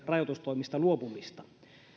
rajoitustoimista luopumista